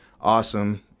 awesome